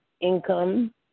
income